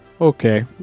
Okay